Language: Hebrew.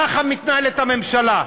ככה מתנהלת הממשלה.